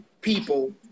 people